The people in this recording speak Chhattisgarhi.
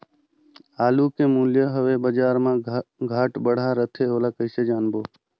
आलू के मूल्य हवे बजार मा घाट बढ़ा रथे ओला कइसे जानबो?